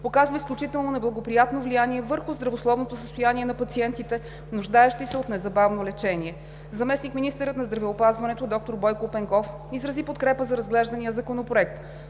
оказва изключително неблагоприятно влияние върху здравословното състояние на пациентите, нуждаещи се от незабавно лечение. Заместник-министърът на здравеопазването доктор Бойко Пенков изрази подкрепа за разглеждания Законопроект,